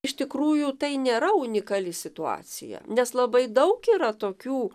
iš tikrųjų tai nėra unikali situacija nes labai daug yra tokių